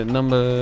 number